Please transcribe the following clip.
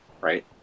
right